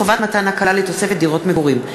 חובת מתן הקלה לתוספת דירות מגורים);